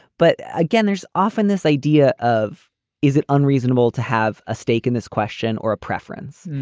but again, there's often this idea of is it unreasonable to have a stake in this question or a preference?